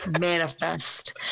Manifest